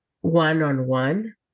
one-on-one